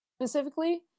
specifically